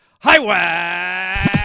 Highway